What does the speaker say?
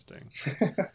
interesting